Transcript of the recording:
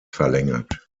verlängert